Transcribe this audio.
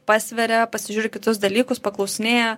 pasveria pasižiūri kitus dalykus paklausinėja